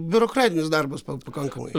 biurokratinis darbas pa pakankamai